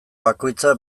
bakoitza